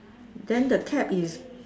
then the cap is